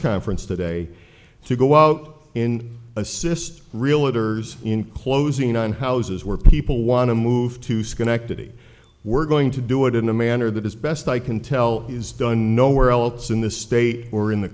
conference today to go out in assist real it or in closing on houses where people want to move to schenectady we're going to do it in a manner that as best i can tell is done nowhere else in the state or in the